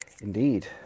Indeed